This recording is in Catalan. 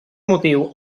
motiu